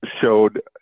showed